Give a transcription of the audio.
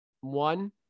One